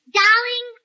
darling